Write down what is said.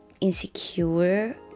insecure